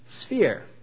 sphere